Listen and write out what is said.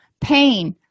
Pain